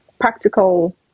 Practical